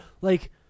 like-